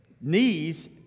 knees